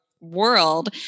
world